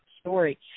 story